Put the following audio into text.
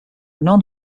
non